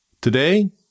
Today